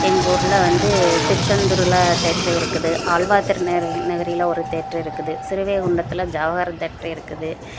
எங்கள் ஊரில் வந்து திருச்செந்தூரில் தேட்ரு இருக்குது ஆழ்வார் திருநகரி நகரியில் ஒரு தேட்ரு இருக்குது ஸ்ரீவைகுண்டத்தில் ஜவஹர் தேட்ரு இருக்குது